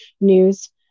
news